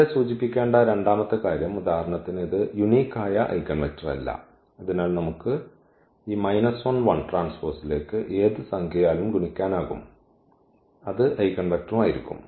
ഇവിടെ സൂചിപ്പിക്കേണ്ട രണ്ടാമത്തെ കാര്യം ഉദാഹരണത്തിന് ഇത് യൂണിക് ആയ ഐഗൻവെക്റ്റർ അല്ല അതിനാൽ നമുക്ക് ഈ ലേക്ക് ഏത് സംഖ്യയാലും ഗുണിക്കാനാകും അത് ഐഗൻവെക്റ്ററും ആയിരിക്കും